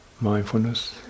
mindfulness